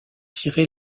tiré